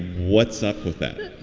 what's up with that?